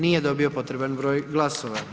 Nije dobio potreban broj glasova.